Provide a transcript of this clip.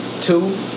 two